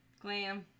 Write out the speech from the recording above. Glam